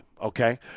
Okay